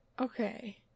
Okay